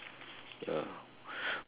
ya